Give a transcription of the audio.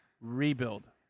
rebuild